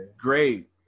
Great